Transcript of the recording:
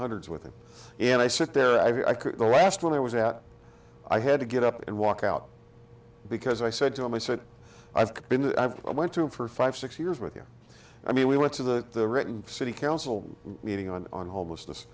hundreds with him and i sit there every i could the last one i was at i had to get up and walk out because i said to him i said i've been i've i went to him for five six years with you i mean we went to the written city council meeting on on homeless